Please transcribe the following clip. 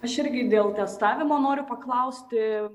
aš irgi dėl testavimo noriu paklausti